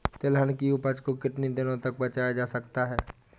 तिलहन की उपज को कितनी दिनों तक बचाया जा सकता है?